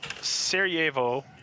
sarajevo